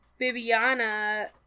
Bibiana